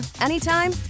anytime